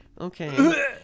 okay